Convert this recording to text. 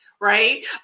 right